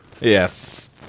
Yes